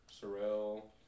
Sorrel